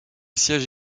siège